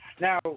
Now